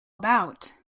about